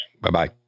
Bye-bye